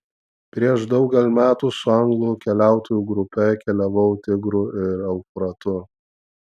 prieš daugel metų su anglų keliautojų grupe keliavau tigru ir eufratu